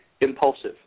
impulsive